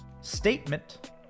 statement